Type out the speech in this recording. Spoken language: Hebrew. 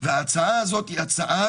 וההצעה הזאת היא הצעה,